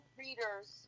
readers